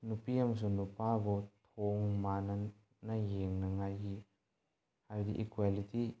ꯅꯨꯄꯤ ꯑꯃꯁꯨꯡ ꯅꯨꯄꯥꯕꯨ ꯊꯣꯡ ꯃꯥꯟꯅꯅ ꯌꯦꯡꯅꯡꯉꯥꯏꯒꯤ ꯍꯥꯏꯗꯤ ꯏꯀ꯭ꯌꯦꯂꯤꯇꯤ